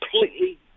completely